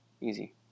easy